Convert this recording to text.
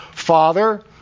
Father